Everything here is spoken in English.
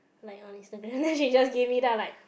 like on Instagram then she just give me then I'm like